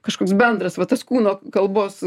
kažkoks bendras va tas kūno kalbos